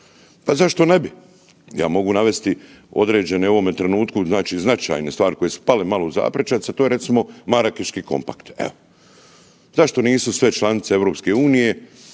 Pa zašto ne bi? Ja mogu navesti određene u ovome trenutku znači značajne stvari koje su pale malo u naprečac, a to je recimo, Marakeški kompakt. Evo. Zašto nisu sve članice EU i saveznici